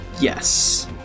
Yes